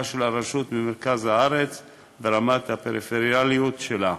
של הרשות ממרכז הארץ ולרמת הפריפריאליות שלה.